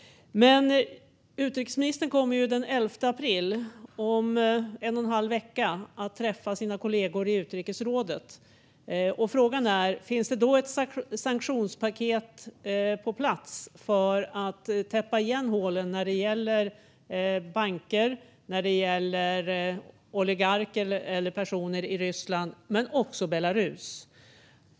Utrikesministern kommer den 11 april, om en och en halv vecka, att träffa sina kollegor i utrikesrådet. Frågan är: Finns det då ett sanktionspaket på plats för att täppa igen hålen när det gäller banker, oligarker och personer i Ryssland, men också Belarus?